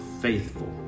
faithful